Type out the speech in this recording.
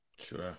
Sure